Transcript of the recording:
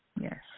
yes